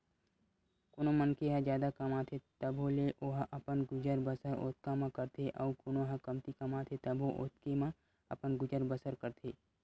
कोनो मनखे ह जादा कमाथे तभो ले ओहा अपन गुजर बसर ओतका म करथे अउ कोनो ह कमती कमाथे तभो ओतके म अपन गुजर बसर करथे